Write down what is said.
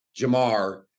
Jamar